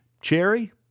Cherry